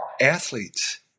athletes